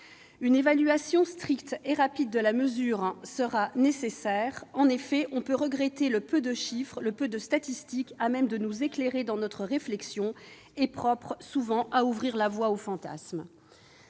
Une évaluation stricte et rapide de la mesure sera nécessaire. On peut effectivement regretter le peu de chiffres, de statistiques à même de nous éclairer dans notre réflexion, ce qui, souvent, est propre à ouvrir la voie aux fantasmes.